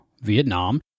Vietnam